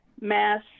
mass